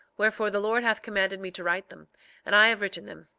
wherefore the lord hath commanded me to write them and i have written them.